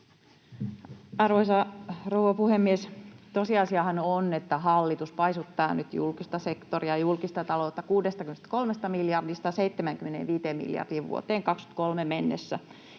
Arvoisa rouva puhemies! Tosiasiahan on, että hallitus paisuttaa nyt julkista sektoria, julkista taloutta 63 miljardista 75 miljardiin vuoteen 23 mennessä.